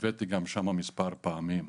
הבאתי גם שמה מספר פעמים.